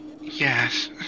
Yes